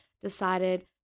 decided